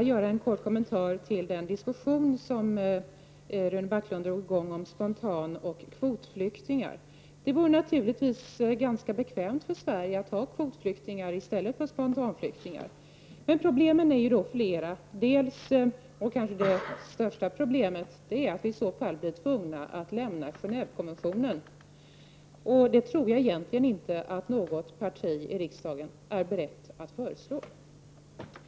vill göra en kort kommentar till den diskussion som Rune Backlund drog i gång om spontanoch kvotflyktingar. Det vore naturligtvis ganska bekvämt för Sverige att ha kvotflyktingar i stället för spontanflyktingar. Men problemen är flera. Det största problemet är att vi i så fall blir tvungna att lämna Gen&ve-konventionen. Det tror jag egentligen inte att något parti i riksdagen är berett att föreslå.